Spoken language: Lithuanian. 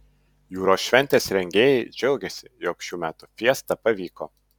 jūros šventės rengėjai džiaugiasi jog šių metų fiesta pavyko